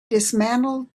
dismantled